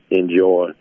enjoy